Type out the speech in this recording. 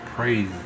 Praise